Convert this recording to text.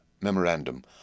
Memorandum